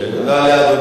זה לא יעלה.